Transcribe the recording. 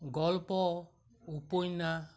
গল্প উপন্যাস